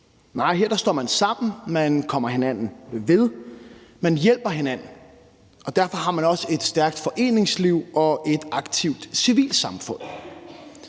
Nej, her står man sammen, man kommer hinanden ved, man hjælper hinanden, og derfor har man også et stærkt foreningsliv og et aktivt civilsamfund.